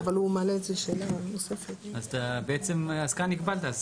אז אתה בעצם, אז כאן הגבלת.